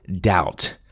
doubt